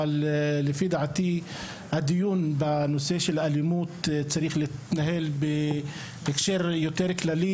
אבל לפי דעתי הדיון בנושא של אלימות צריך להתנהל בהקשר יותר כללי